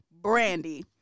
Brandy